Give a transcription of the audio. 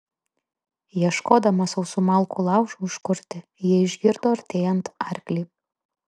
ieškodama sausų malkų laužui užkurti ji išgirdo artėjant arklį